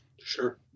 Sure